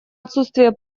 отсутствие